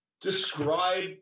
describe